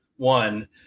One